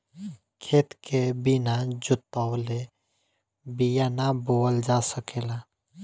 खेत के बिना जोतवले बिया ना बोअल जा सकेला